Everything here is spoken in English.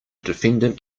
defendant